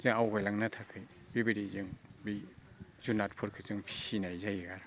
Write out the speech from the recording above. जे आवगायलांनो थाखाय बेबायदि जों बे जुनादफोरखो जों फिसिनाय जायो आरो